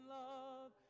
love